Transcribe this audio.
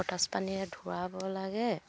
potash পানীৰে ধুৱাব লাগে